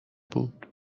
بود